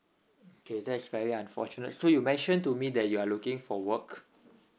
okay that is very unfortunate so you mentioned to me that you are looking for work